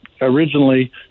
originally